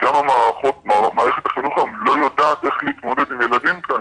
גם מערכת החינוך לא יודעת איך להתמודד עם ילדים כאלה.